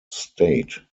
state